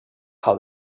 how